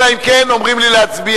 אלא אם כן אומרים לי להצביע,